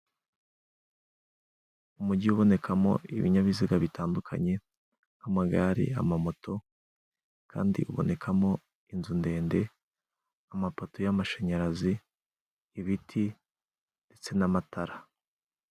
Umujyi ubonekamo ibinyabiziga bitandukanye, nk'amagare, amamoto kandi ubonekamo inzu ndende , amapoto y'amashanyarazi, ibiti ndetse n'amatara.